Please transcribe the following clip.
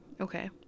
okay